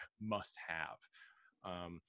must-have